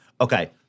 Okay